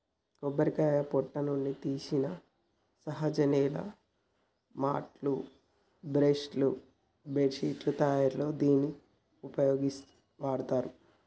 కొబ్బరికాయ పొట్టు నుండి తీసిన సహజ నేల మాట్లు, బ్రష్ లు, బెడ్శిట్లు తయారిలో దీనిని వాడతారు